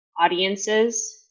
audiences